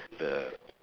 the